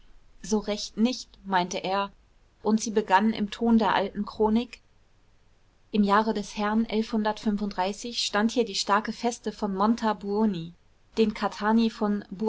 so recht nicht meinte er und sie begann im ton der alten chronik im jahre des herrn stand hier die starke feste von montabuoni den cattani von